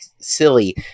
silly